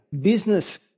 business